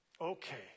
Okay